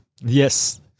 yes